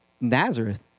Nazareth